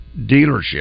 dealership